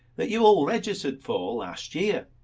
that you all registered for last year.